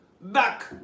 back